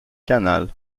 canale